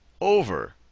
over